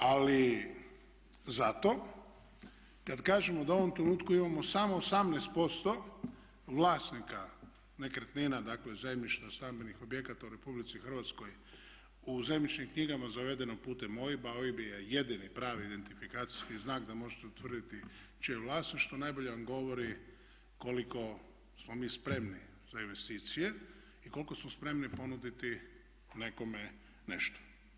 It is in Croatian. Ali zato kad kažemo da u ovom trenutku imao samo 18% vlasnika nekretnina, dakle zemljišta, stambenih objekata u RH u zemljišnim knjigama zavedeno putem OIB-a, OIB je jedini pravi identifikacijski znak da možete utvrditi čije je vlasništvo, najbolje vam govori koliko smo mi spremni za investicije i koliko smo spremni ponuditi nekome nešto.